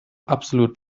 absolut